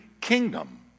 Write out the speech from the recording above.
kingdom